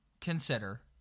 consider